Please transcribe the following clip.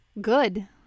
Good